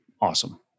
awesome